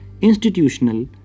institutional